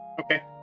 Okay